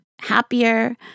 happier